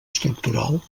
estructural